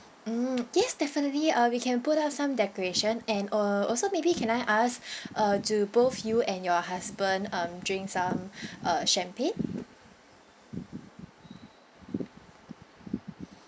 mm yes definitely uh we can put up some decoration and uh also maybe can I ask uh do both you and your husband um drink some uh champagne